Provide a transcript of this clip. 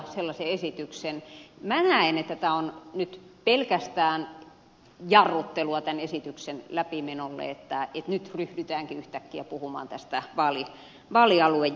minä näen että tämä on nyt pelkästään jarruttelua tämän esityksen läpimenolle että nyt ryhdytäänkin yhtäkkiä puhumaan vaalialuejärjestelmästä